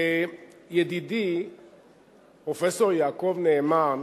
ידידי פרופסור יעקב נאמן,